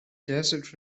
desert